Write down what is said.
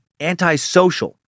antisocial